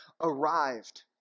arrived